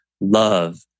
love